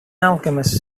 alchemist